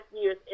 years